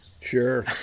sure